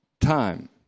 time